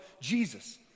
Jesus